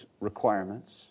requirements